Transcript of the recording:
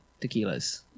tequilas